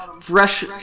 fresh